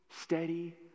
steady